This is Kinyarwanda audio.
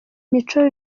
mico